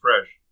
fresh